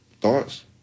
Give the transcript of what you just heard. Thoughts